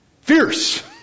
Fierce